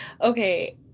Okay